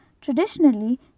Traditionally